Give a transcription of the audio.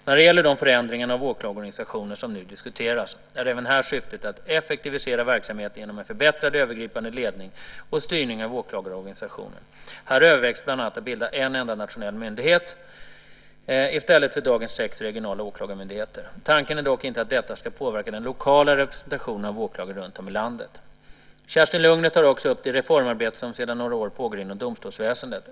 När det gäller de förändringar av åklagarorganisationen som nu diskuteras är även här syftet att effektivisera verksamheten genom en förbättrad övergripande ledning och styrning av åklagarorganisationen. Här övervägs bland annat att bilda en enda nationell myndighet i stället för dagens sex regionala åklagarmyndigheter. Tanken är dock inte att detta ska påverka den lokala representationen av åklagare runtom i landet. Kerstin Lundgren tar också upp det reformarbete som sedan några år pågår inom domstolsväsendet.